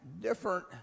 different